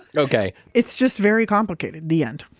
okay it's just very complicated. the end